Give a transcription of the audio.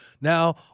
now